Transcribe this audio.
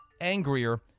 angrier